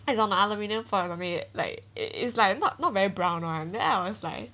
is on aluminium foil probably like it is like not not very brown one then I was like